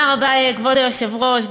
תודה רבה, כבוד היושב-ראש.